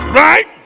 right